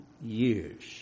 years